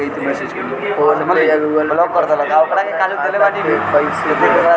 PhonePe या Google Pay पर अपना खाता के कईसे जोड़म?